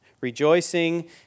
rejoicing